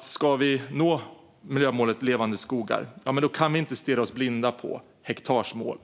Ska vi nå miljömålet Levande skogar kan vi inte stirra oss blinda på hektarsmål,